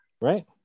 right